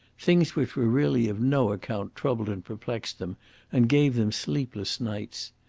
things which were really of no account troubled and perplexed them and gave them sleepless nights.